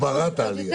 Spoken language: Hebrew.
הגברת העלייה.